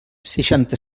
seixanta